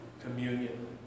communion